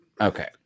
Okay